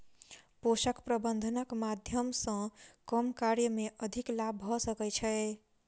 पोषक प्रबंधनक माध्यम सॅ कम कार्य मे अधिक लाभ भ सकै छै